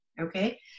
okay